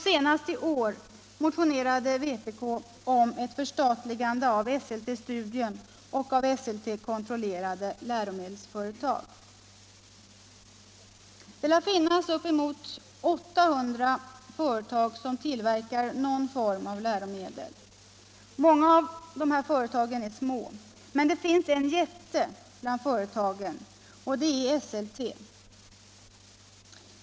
Senast i år har vpk motionerat om ett förstatligande av Esselte Studium AB och av läromedelsföretag kontrollerade av Esselte. Det lär finnas upp emot 800 företag som tillverkar någon form av läromedel. Många av dessa företag är små. Men det finns en jätte bland företagen, och det är Esselte.